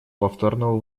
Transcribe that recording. повторного